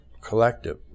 collective